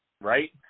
right